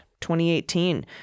2018